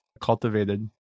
cultivated